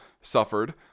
suffered